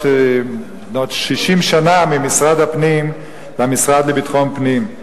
בנות 60 שנה ממשרד הפנים למשרד לביטחון פנים.